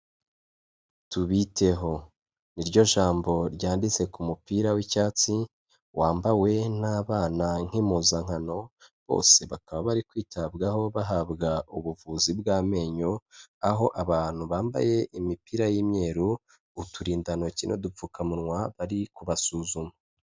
Tubiteho. Ni ryo jambo ryanditse ku mupira w'icyatsi wambawe n'abana nk'impuzankano, bose bakaba bari kwitabwaho bahabwa ubuvuzi bw'amenyo, aho abantu bambaye imipira y'umweru uturindantoki n'udupfukamunwa bari kubasuzuma.